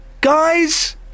guys